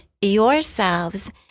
yourselves